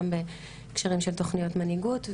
גם בהקשרים של תוכניות מנהיגות,